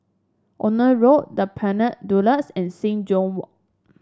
Ophir Road The Pinnacle Duxton and Sing Joo Walk